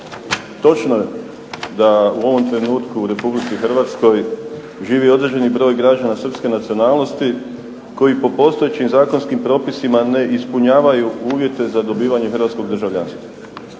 Točno je da u ovom trenutku u Republici Hrvatskoj živi određeni broj građana srpske nacionalnosti koji po postojećim zakonskim propisima ne ispunjavaju uvjete za dobivanje hrvatskog državljanstva.